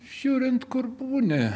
žiūrint kur būni